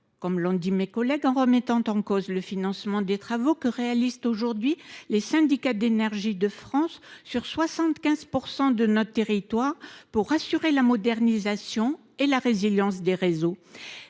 dans les zones rurales, en remettant en cause le financement des travaux que réalisent aujourd’hui les syndicats d’énergies de France sur 75 % de notre territoire pour assurer la modernisation et la résilience des réseaux.